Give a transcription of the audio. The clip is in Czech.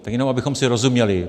Tak jenom abychom si rozuměli.